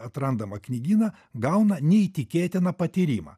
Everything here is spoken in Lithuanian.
atrandamą knygyną gauna neįtikėtiną patyrimą